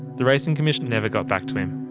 the racing commission never got back to him.